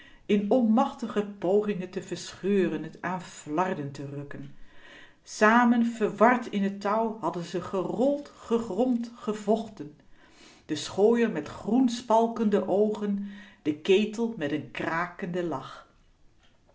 in onmachtige poging t te verscheuren t aan flarden te rukken samen verward in t touw hadden ze gerold gegromd gevochten de schooier met groen spalkende oogera de ketel met n krakenden lach